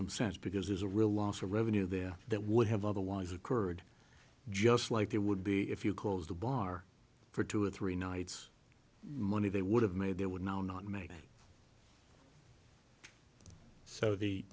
some sense because there's a real loss of revenue there that would have otherwise occurred just like there would be if you close the bar for two or three nights money they would have made there would now not make it so the